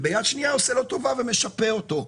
וביד שנייה הוא עושה לו טובה ומשפה אותו.